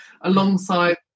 alongside